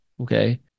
okay